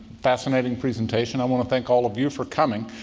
fascinating presentation. i want to thank all of you for coming.